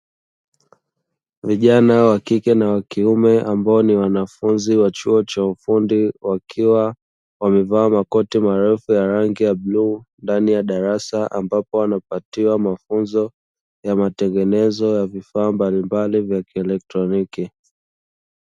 Vijana wa kike na wa kiume ambao ni wanafunzi wa chuo cha ufundi, wakiwa wamevaa makoti marefu ya rangi ya bluu ndani ya darasa ambapo wanapatiwa mafunzo ya matengenezo ya vifaa mbalimbali vya kielektroniki.